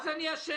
מה זה "אני אשם"?